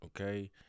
okay